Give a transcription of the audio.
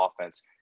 offense